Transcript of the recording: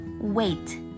Wait